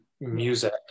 music